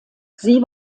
sie